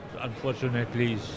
unfortunately